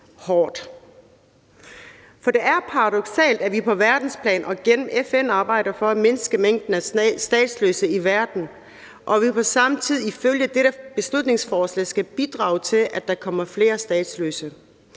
For det er paradoksalt, at vi på verdensplan og gennem FN arbejder for at mindske mængden af statsløse i verden, og at vi på samme tid ifølge det her beslutningsforslag skal bidrage til, at der kommer flere statsløse.